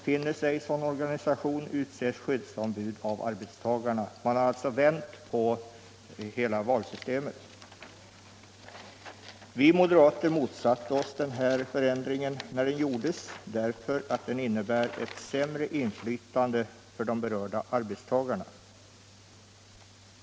Finns ej sådan organisation, utses ombud av arbetstagarna. Man har alltså vänt på valsystemet. Vi moderater motsatte oss ändringen när den genomfördes. Den. innebär ett sämre inflytande för de berörda arbetstagarna.